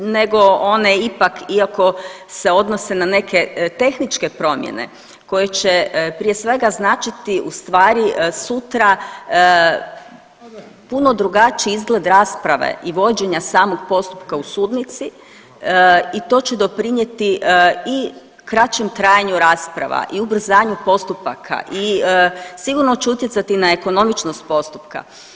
Nego one ipak iako se odnose na neke tehničke promjene koje će prije svega značiti ustvari sutra puno drugačiji izgled rasprave i vođenja samog postupka u sudnici i to će doprinijeti i kraćem trajanju rasprava i ubrzanju postupaka i sigurno će utjecati na ekonomičnost postupka.